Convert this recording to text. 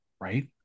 right